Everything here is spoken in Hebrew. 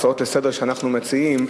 הצעות לסדר-היום שאנחנו מציעים,